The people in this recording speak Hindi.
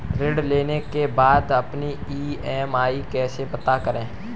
ऋण लेने के बाद अपनी ई.एम.आई कैसे पता करें?